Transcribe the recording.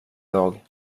dag